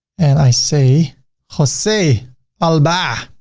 and i say jose alba,